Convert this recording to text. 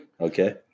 Okay